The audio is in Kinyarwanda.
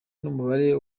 n’umubare